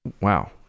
wow